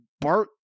Bart